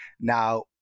Now